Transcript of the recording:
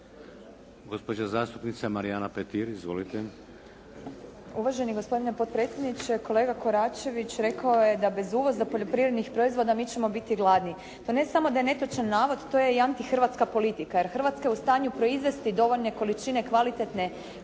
Gospođa zastupnica Marijana Petir. Izvolite. **Petir, Marijana (HSS)** Uvaženi gospodine potpredsjedniče. Kolega Koračević rekao je da bez uvoza poljoprivrednih proizvoda mi ćemo biti gladni. To ne samo da je netočan navod, to je antihrvatska politika jer Hrvatska je u stanju proizvesti dovoljne količine kvalitetne